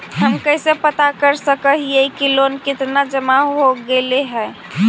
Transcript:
हम कैसे पता कर सक हिय की लोन कितना जमा हो गइले हैं?